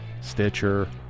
Stitcher